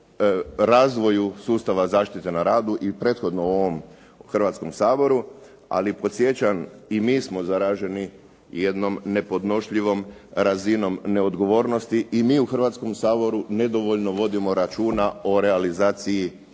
razvoju sustava zaštite na radu i prethodnom u ovom Hrvatskom saboru. Ali podsjećam i mi smo zaraženi jednom nepodnošljivom razinom neodgovornosti. I mi u Hrvatskom saboru nedovoljno vodimo računa o realizaciji